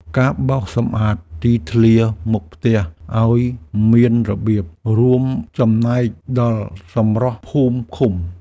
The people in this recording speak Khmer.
ការបោសសម្អាតទីធ្លាមុខផ្ទះឱ្យមានរបៀប រួមចំណែកដល់សម្រស់ភូមិឃុំ។